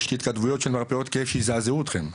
יש התכתבויות של מרפאות כאב שיזעזעו אותכם,